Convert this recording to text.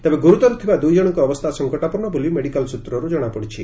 ତେବେ ଗୁରୁତର ଥିବା ଦୁଇଜଶଙ୍କର ଅବସ୍ଥା ସଂକଟାପନ୍ନ ବୋଲି ମେଡିକାଲ ସୂତ୍ରରୁ ଜଣାପଡିଛି